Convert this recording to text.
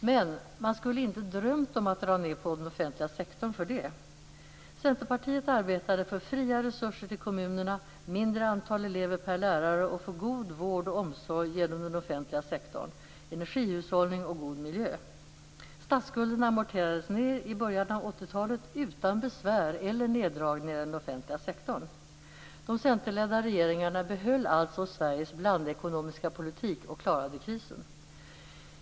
Men man skulle inte ha drömt om att dra ned på den offentliga sektorn för det. Centerpartiet arbetade för fria resurser till kommunerna, mindre antal elever per lärare och god vård och omsorg genom den offentliga sektorn, genom energihushållning och god miljö. Statsskulden amorterades ned i början av 80 talet utan besvär eller neddragningar av den offentliga sektorn. De Centerledda regeringarna behöll alltså Sveriges blandekonomiska politik och klarade krisen.